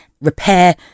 repair